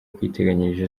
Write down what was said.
kwiteganyiriza